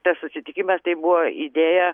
tas susitikimas tai buvo idėja